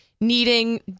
needing